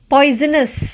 Poisonous